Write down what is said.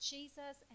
Jesus